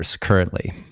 currently